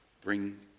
bring